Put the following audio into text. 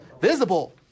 Visible